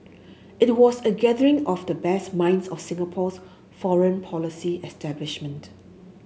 it was a gathering of the best minds of Singapore's foreign policy establishment